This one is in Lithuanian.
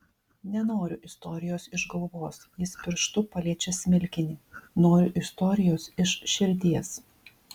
nenoriu istorijos iš galvos jis pirštu paliečia smilkinį noriu istorijos iš širdies